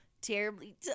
Terribly